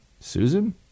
Susan